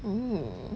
mm